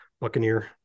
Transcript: Buccaneer